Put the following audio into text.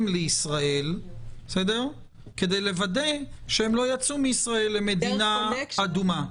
לישראל כדי לוודא שהם לא יצאו מישראל למדינה אדומה?